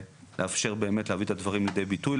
ולאפשר באמת להביא את הדברים לידי ביטוי.